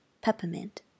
peppermint